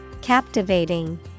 Captivating